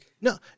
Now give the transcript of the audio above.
No